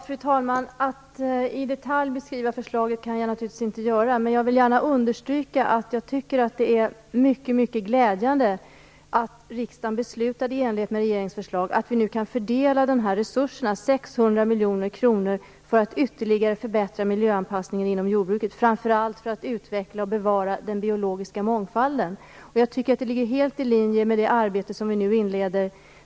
Fru talman! I detalj kan jag naturligtvis inte beskriva förslaget, men jag vill gärna understryka att jag tycker att det är mycket glädjande att riksdagen beslutade i enlighet med regeringens förslag, och att vi nu kan fördela dessa resurser, 600 miljoner kronor, för att ytterligare förbättra mijöanpassningen inom jordbruket - framför allt för att utveckla och bevara den biologiska mångfalden. Jag tycker att det ligger helt i linje med det arbete som vi nu inleder.